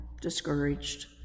discouraged